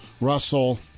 Russell